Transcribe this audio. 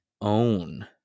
own